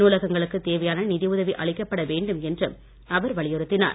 நூலகங்களுக்கு தேவையான நிதியுதவி அளிக்கப்பட வேண்டும் என்றும் அவர் வலியுத்தினார்